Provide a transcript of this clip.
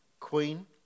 Queen